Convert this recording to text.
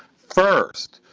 first,